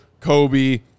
Kobe